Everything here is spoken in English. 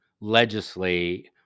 legislate